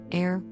air